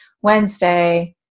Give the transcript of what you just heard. Wednesday